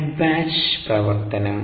fed batch പ്രവർത്തനം